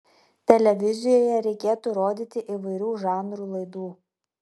televizijoje reikėtų rodyti įvairių žanrų laidų